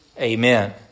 Amen